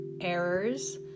Errors